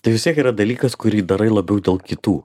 tai vis tiek yra dalykas kurį darai labiau dėl kitų